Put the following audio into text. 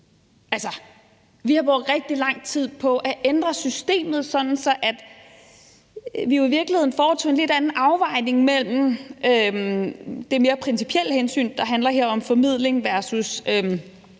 Vi har brugt rigtig lang tid på at ændre systemet, sådan at vi i virkeligheden foretog en lidt anden afvejning i forbindelse med det mere principielle hensyn, der her handler om formidling versus det